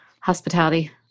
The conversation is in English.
hospitality